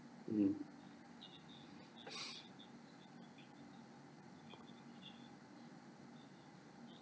mm